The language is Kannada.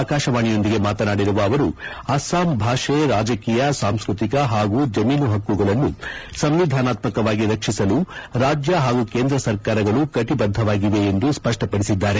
ಆಕಾಶವಾಣಿಯೊಂದಿಗೆ ಮಾತನಾಡಿರುವ ಅವರು ಅಸ್ಲಾಂ ಭಾಷೆ ರಾಜಕೀಯ ಸಾಂಸ್ವೃತಿಕ ಹಾಗೂ ಜಮೀನು ಹಕ್ಕುಗಳನ್ನು ಸಂವಿಧಾನಾತ್ಮಕವಾಗಿ ರಕ್ಷಿಸಲು ರಾಜ್ಯ ಹಾಗೂ ಕೇಂದ್ರ ಸರ್ಕಾರಗಳು ಕಟಬದ್ದವಾಗಿವೆ ಎಂದು ಸ್ಪಪ್ಪಡಿಸಿದ್ದಾರೆ